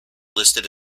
listed